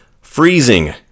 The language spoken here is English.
Freezing